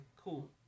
Cool